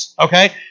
Okay